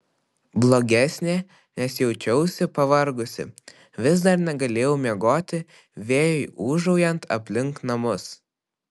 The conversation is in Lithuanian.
blogesnė nes jaučiausi pavargusi vis dar negalėjau miegoti vėjui ūžaujant aplink namus